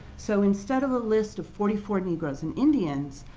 so instead of a list of forty four negroes and indians,